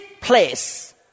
place